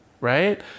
right